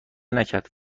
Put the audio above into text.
نکرد